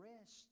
rest